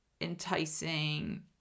enticing